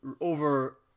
over